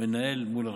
מנהל מול הרשות.